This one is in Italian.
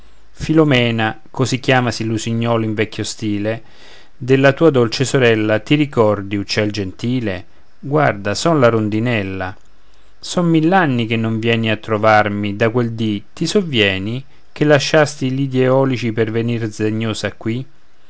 filomela così chiamasi l'usignol in vecchio stile della tua dolce sorella ti ricordi uccel gentile guarda son la rondinella son mill'anni che non vieni a trovarmi da quel dì ti sovvieni che lasciasti i lidi eolici per venir sdegnosa qui